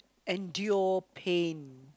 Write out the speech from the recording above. endure pain